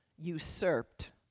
usurped